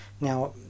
Now